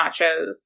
nachos